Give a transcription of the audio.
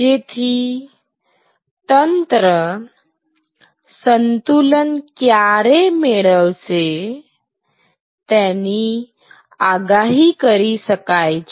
જેથી તંત્ર સંતુલન ક્યારે મેળવશે તેની આગાહી કરી શકાય છે